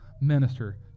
minister